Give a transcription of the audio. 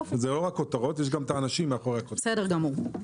יופי, בסדר גמור.